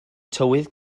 tywydd